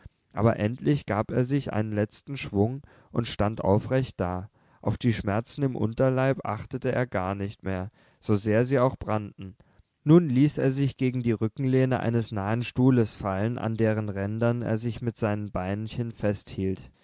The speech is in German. aber endlich gab er sich einen letzten schwung und stand aufrecht da auf die schmerzen im unterleib achtete er gar nicht mehr so sehr sie auch brannten nun ließ er sich gegen die rückenlehne eines nahen stuhles fallen an deren rändern er sich mit seinen beinchen festhielt